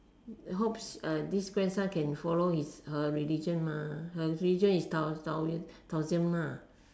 hopes uh this grandson can follow his her religion mah her religion is tao~ tao~ Taoism lah